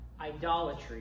idolatry